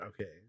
okay